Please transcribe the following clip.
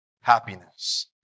happiness